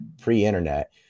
pre-internet